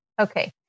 Okay